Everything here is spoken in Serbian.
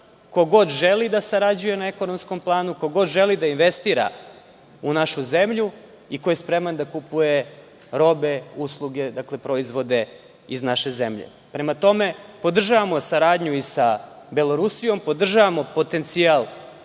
ko god želi da sarađuje na ekonomskom planu, ko god želi da investira u našu zemlju i ko je spreman da kupuje robe, usluge, proizvode iz naše zemlje. Prema tome, podržavamo saradnju i sa Belorusijom, podržavamo potencijal